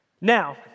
Now